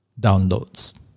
downloads